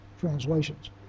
translations